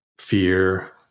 fear